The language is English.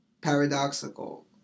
paradoxical